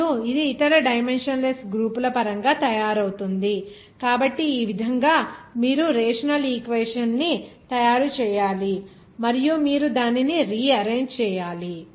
మరియు ఇది ఇతర డైమెన్షన్ లెస్ గ్రూప్ ల పరంగా తయారవుతుంది కాబట్టి ఈ విధంగా మీరు రేషనల్ ఈక్వేషన్ ని తయారు చేయాలి మరియు మీరు దానిని రిఆరెంజ్ చేయాలి